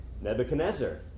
Nebuchadnezzar